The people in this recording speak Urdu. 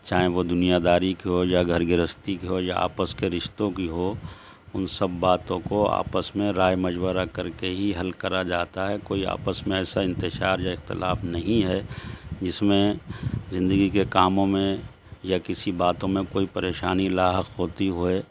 چاہیں وہ دنیاداری کی ہو یا گھر گرہستی کی ہو یا آپس کے رشتوں کی ہو ان سب باتوں کو آپس میں رائے مشورہ کر کے ہی حل کرا جاتا ہے کوئی آپس میں ایسا انتشار یا اختلاف نہیں ہے جس میں زندگی کے کاموں میں یا کسی باتوں میں کوئی پریشانی لاحق ہوتی ہوئے